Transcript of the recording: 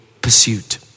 pursuit